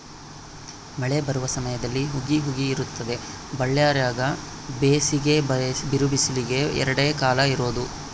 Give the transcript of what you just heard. ಮಳೆ ಬರುವ ಸಮಯದಲ್ಲಿ ಹುಗಿ ಹುಗಿ ಇರುತ್ತದೆ ಬಳ್ಳಾರ್ಯಾಗ ಬೇಸಿಗೆ ಬಿರುಬೇಸಿಗೆ ಎರಡೇ ಕಾಲ ಇರೋದು